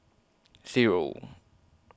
Zero